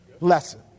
lesson